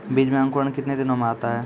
बीज मे अंकुरण कितने दिनों मे आता हैं?